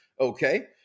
Okay